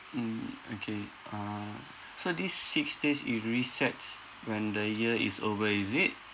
mm okay uh so these six days it resets when the year is over is it